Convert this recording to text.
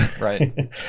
right